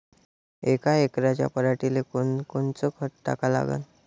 यका एकराच्या पराटीले कोनकोनचं खत टाका लागन?